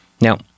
Now